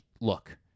look